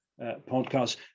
podcast